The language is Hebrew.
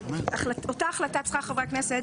אותה החלטת שכר חברי הכנסת,